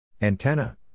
Antenna